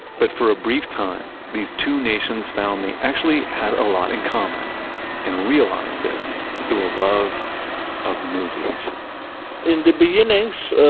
but for a brief time, these two nations found they actually had a lot in common and realize this through a love of movies in the beginnings,